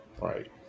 Right